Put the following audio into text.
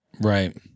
Right